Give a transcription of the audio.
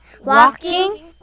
walking